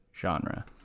genre